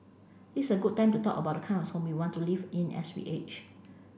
this a good time to talk about the kind of homes we want to live in as we age